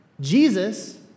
Jesus